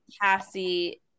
Cassie